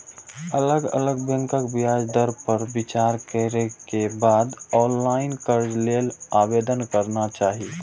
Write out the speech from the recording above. अलग अलग बैंकक ब्याज दर पर विचार करै के बाद ऑनलाइन कर्ज लेल आवेदन करना चाही